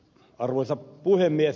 arvoisa puhemies